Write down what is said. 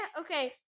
okay